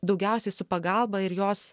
daugiausiai su pagalba ir jos